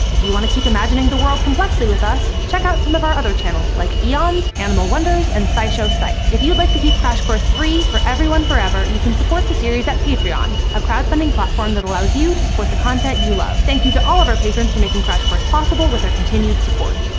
if you want to imagining the world complexly with us, check out some of our other channels like eons, animal wonders, and scishow psych. if you'd like to keep crash course free for everyone, forever, you can support the series at patreon, a crowdfunding platform that allows you to support the content you love. thank you to all of our patrons for making crash course possible with their continued support.